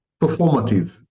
performative